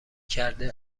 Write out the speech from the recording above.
کرده